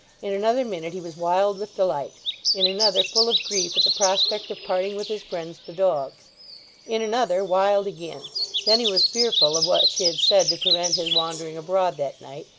in another minute, he was wild with delight in another, full of grief at the prospect of parting with his friends the dogs in another, wild again then he was fearful of what she had said to prevent his wandering abroad that night,